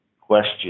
question